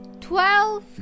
twelve